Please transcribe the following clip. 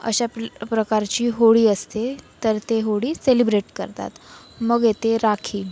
अशा पल प्रकारची होळी असते तर ते होळी सेलिब्रेट करतात मग येते राखी